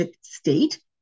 state